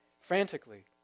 frantically